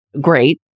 great